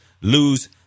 lose